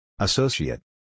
Associate